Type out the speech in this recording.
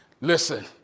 Listen